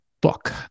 book